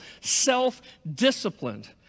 self-disciplined